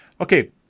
Okay